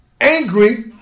angry